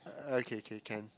uh K K can